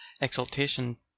exultation